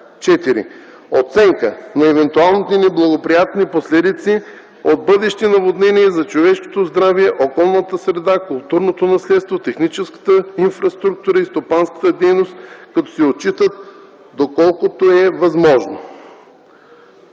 4. оценка на евентуалните неблагоприятни последици от бъдещи наводнения за човешкото здраве, околната среда, културното наследство, техническата инфраструктура и стопанската дейност, като се отчитат, доколкото е възможно: